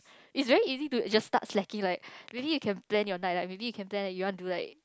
is very easy to just start slacking like maybe you can plan your night like maybe you can like you want do like